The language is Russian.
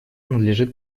надлежит